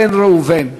תודה.